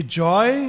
joy